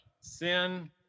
sin